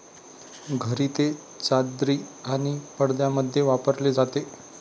घरी ते चादरी आणि पडद्यांमध्ये वापरले जाते